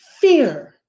fear